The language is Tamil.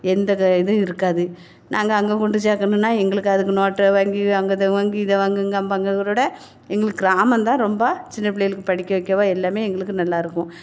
எந்தெத இதுவும் இருக்காது நாங்கள் அங்கே கொண்டு சேர்க்கணுன்னா எங்களுக்கு அதற்கு நோட்டு வாங்கி அங்கே இதை வாங்கி இதை வாங்குங்கம்பாங்க ஒருதடவை எங்களுக்கு கிராமம்தான் ரொம்ப சின்ன பிள்ளைகளுக்கு படிக்க வைக்கவோ எல்லாமே எங்களுக்கு நல்லாருக்கும்